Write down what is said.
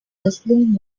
wrestling